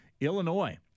Illinois